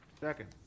second